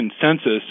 consensus